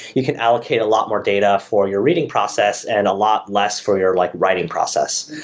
you can allocate a lot more data for your reading process and a lot less for your like writing process.